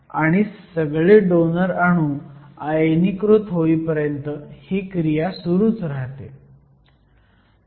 आणि सगळे डोनर अणू आयनीकृत होईपर्यंत ही क्रिया सुरूच राहते